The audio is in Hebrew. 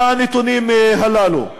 בנתונים הללו.